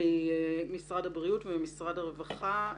ממשרד הבריאות וממשרד הרווחה.